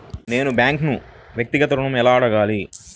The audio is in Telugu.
నేను బ్యాంక్ను వ్యక్తిగత ఋణం ఎలా అడగాలి?